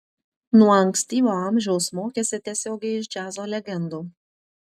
nuo ankstyvo amžiaus mokėsi tiesiogiai iš džiazo legendų